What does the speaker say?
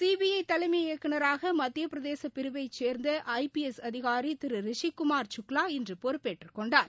CBI தலைமை இயக்குநராக மத்திய பிரதேச பிரிவைச் சேர்ந்த ஐ பி எஸ் அதிகாரி திரு ரிஷிகுமார் சுக்லா இன்று பொறுப்பேற்றுக் கொண்டார்